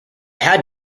had